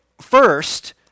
first